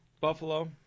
Buffalo